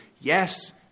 Yes